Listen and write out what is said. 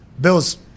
Bill's